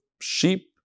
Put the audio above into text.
sheep